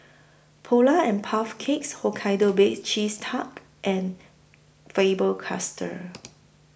Polar and Puff Cakes Hokkaido Baked Cheese Tart and Faber Castell